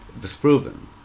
disproven